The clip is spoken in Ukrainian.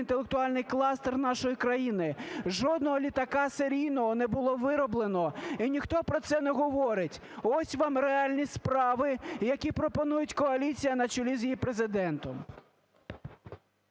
інтелектуальний кластер нашої країни. Жодного літака серійного не було вироблено, і ніхто про це не говорить. Ось вам реальні справи, які пропонують коаліція на чолі з її Президентом.